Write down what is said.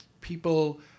people